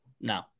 No